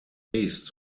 based